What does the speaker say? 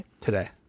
today